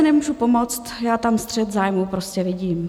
Nemůžu si pomoct, ale já tam střet zájmů prostě vidím.